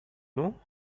know